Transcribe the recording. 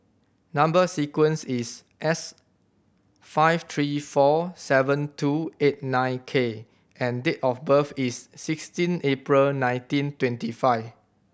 number sequence is S five three four seven two eight nine K and date of birth is sixteen April nineteen twenty five